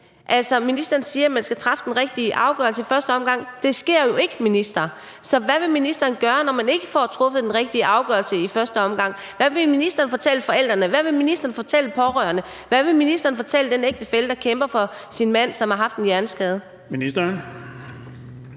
Altså, ministeren siger, at man skal træffe den rigtige afgørelse i første omgang, men det sker jo ikke, minister! Så hvad vil ministeren gøre, når man ikke får truffet den rigtige afgørelse i første omgang? Hvad vil ministeren fortælle forældrene? Hvad vil ministeren fortælle pårørende? Hvad vil ministeren fortælle den ægtefælle, der kæmper for sin mand, som har fået en hjerneskade?